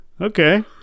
Okay